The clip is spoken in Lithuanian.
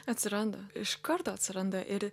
atsiranda iš karto atsiranda ir